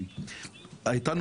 כמובן שהבעיה הגדולה זה חודש וחצי,